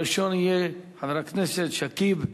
הראשון יהיה חבר הכנסת שכיב שנאן.